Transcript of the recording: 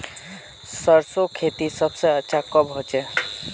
सरसों खेती सबसे अच्छा कब होचे?